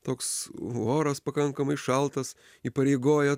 toks oras pakankamai šaltas įpareigojo